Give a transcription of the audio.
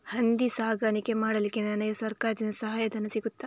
ಹಂದಿ ಸಾಕಾಣಿಕೆ ಮಾಡಲಿಕ್ಕೆ ನನಗೆ ಸರಕಾರದಿಂದ ಸಹಾಯಧನ ಸಿಗುತ್ತದಾ?